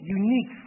unique